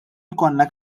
ikollna